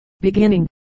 beginning